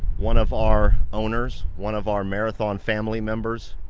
one of our owners, one of our marathon family members,